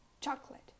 chocolate